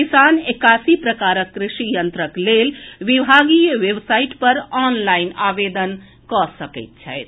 किसान एकासी प्रकारक कृषि यंत्रक लेल विभागीय वेबसाइट पर ऑनलाइन आवेदन कऽ सकैत छथि